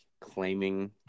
claiming